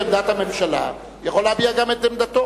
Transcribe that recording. הוא מביע את עמדת הממשלה, יכול להביע גם את עמדתו.